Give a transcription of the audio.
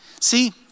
See